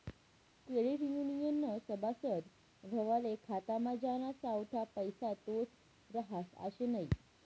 credit युनियननं सभासद व्हवाले खातामा ज्याना सावठा पैसा तोच रहास आशे नै